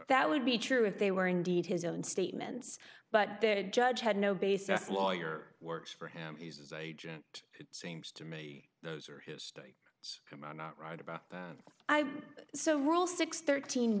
that would be true if they were indeed his own statements but the judge had no basis lawyer works for him his agent it seems to me those are his state it's not right about that so rule six thirteen